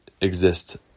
exist